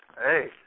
Hey